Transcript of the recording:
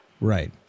Right